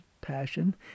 passion